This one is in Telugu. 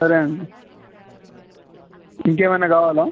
సరే అండి ఇంకేమైనా కావాలా